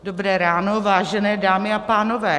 Dobré ráno, vážené dámy a pánové.